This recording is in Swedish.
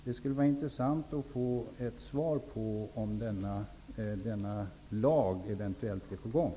Det skulle vara intressant att få ett svar på om en sådan lag eventuellt är på gång.